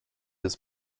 his